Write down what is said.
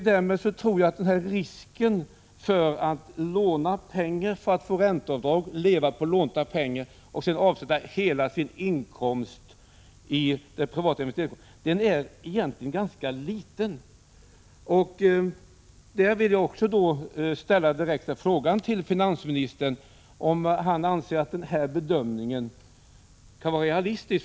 Därmed tror jag att risken för att människor skulle låna pengar för att få räntebidrag, leva på lånade pengar och sedan avsätta hela sin inkomst till det privata investeringskontot egentligen är ganska liten. Jag vill här ställa den direkta frågan till finansministern om han anser att denna bedömning är realistisk.